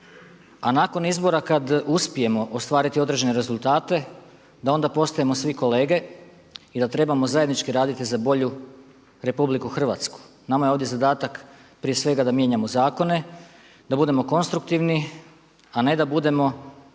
A nakon izbora kad uspijemo ostvariti određene rezultate da onda postajemo svi kolege i da trebamo zajednički raditi za bolju Republiku Hrvatsku. Nama je ovdje zadatak prije svega da mijenjamo zakone, da budemo konstruktivni, a ne da budemo